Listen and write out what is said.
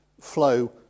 flow